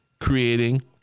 creating